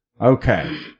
okay